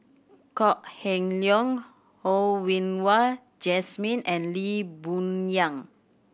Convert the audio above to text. Kok Heng Leun Ho Yen Wah Jesmine and Lee Boon Yang